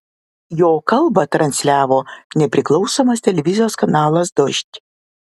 jo kalbą transliavo nepriklausomas televizijos kanalas dožd